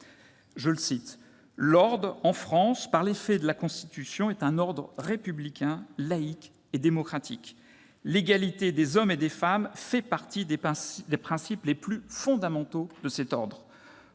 Je le cite